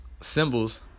symbols